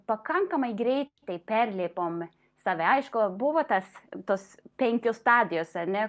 pakankamai greit tai perlipom save aišku buvo tas tos penkios stadijos ar ne